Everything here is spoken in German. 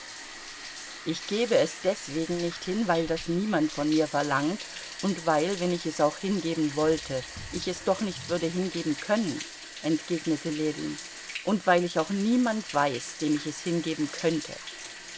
ich gebe es deswegen nicht hin weil das niemand von mir verlangt und weil wenn ich es auch hingeben wollte ich es doch nicht würde hingeben können entgegnete ljewin und weil ich auch niemand weiß dem ich es hingeben könnte